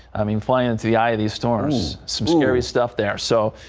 i mean fly into the eye of the storm is serious stuff there so.